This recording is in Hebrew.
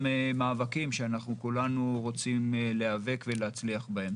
מאבקים שאנחנו כולנו רוצים להיאבק ולהצליח בהם.